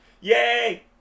yay